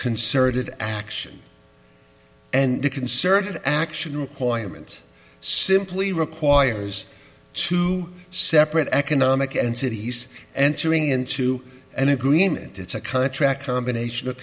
concerted action and concerted action requirement simply requires two separate economic entities answering into an agreement it's a contract combination of